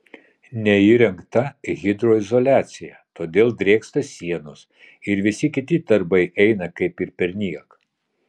neįrengta hidroizoliacija todėl drėksta sienos ir visi kiti darbai eina kaip ir perniek